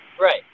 Right